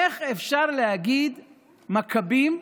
איך אפשר להגיד "מכבים"